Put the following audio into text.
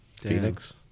Phoenix